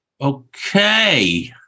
Okay